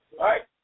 Right